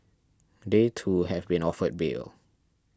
they too have been offered bail